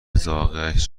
ذائقهاش